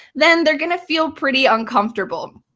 then they're going to feel pretty uncomfortable.